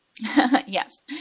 Yes